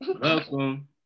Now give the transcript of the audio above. Welcome